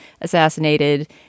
assassinated